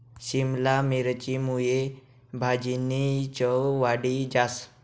शिमला मिरची मुये भाजीनी चव वाढी जास